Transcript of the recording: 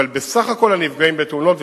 אבל בסך כל הנפגעים בתאונות,